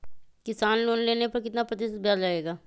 किसान लोन लेने पर कितना प्रतिशत ब्याज लगेगा?